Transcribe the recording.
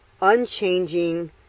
unchanging